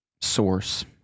source